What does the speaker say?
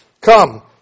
come